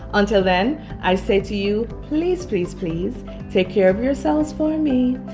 until then i say to you please, please, please take care of yourselves for me.